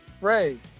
Ray